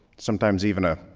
sometimes even a,